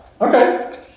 Okay